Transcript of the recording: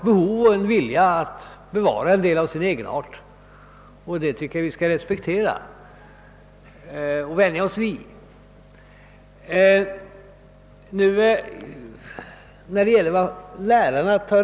De kanske vill bevara en del av sin egenart, och det tycker jag att vi skall respektera.